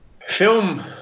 film